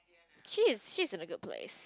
cheese cheese is a good place